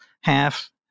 half